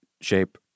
shape